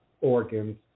organs